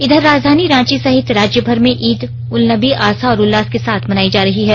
इधर राजधानी रांची सहित राज्यभर में ईद उल नबी आस्था और उल्लास के साथ मनाई जा रही हैं